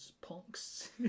punks